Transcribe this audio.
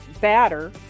batter